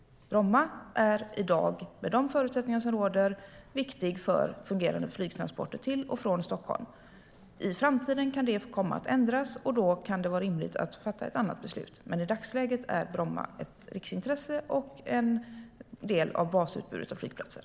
Bromma flygplats är under de förutsättningar som råder i dag viktig för fungerande flygtransporter till och från Stockholm. I framtiden kan det komma att ändras, och då kan det vara rimligt att fatta ett annat beslut. Men i dagsläget är Bromma ett riksintresse och en del av basutbudet av flygplatser.